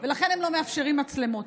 ולכן הם לא מאפשרים מצלמות,